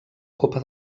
copa